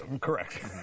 Correct